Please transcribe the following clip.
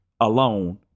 alone